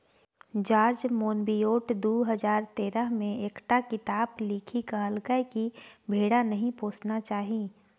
George Monbiot दु हजार तेरह मे एकटा किताप लिखि कहलकै कि भेड़ा नहि पोसना चाही